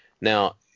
Now